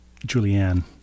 Julianne